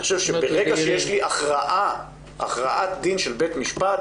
אני חושב שברגע שיש לי הכרעת דין של בית משפט